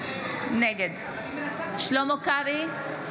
נגד שלמה קרעי, אינו